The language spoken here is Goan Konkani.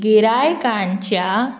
गिरायकांच्या